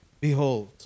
behold